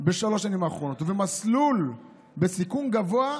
בשלוש השנים האחרונות, ובמסלול בסיכון גבוה,